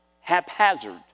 haphazard